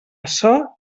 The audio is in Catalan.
açò